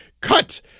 cut